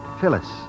Phyllis